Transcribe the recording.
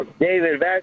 David